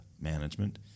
management